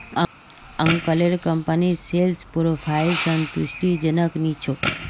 अंकलेर कंपनीर sales profile संतुष्टिजनक नी छोक